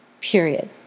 period